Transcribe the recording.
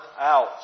out